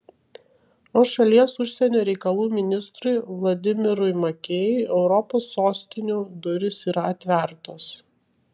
o šalies užsienio reikalų ministrui vladimirui makėjui europos sostinių durys yra atvertos